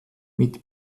mit